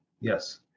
Yes